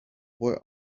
boy